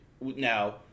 now